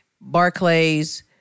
Barclays